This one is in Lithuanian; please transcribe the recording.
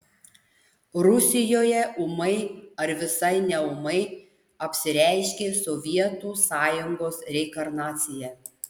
rusijoje ūmai ar visai neūmai apsireiškė sovietų sąjungos reinkarnacija